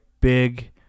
big